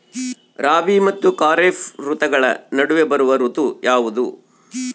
ರಾಬಿ ಮತ್ತು ಖಾರೇಫ್ ಋತುಗಳ ನಡುವೆ ಬರುವ ಋತು ಯಾವುದು?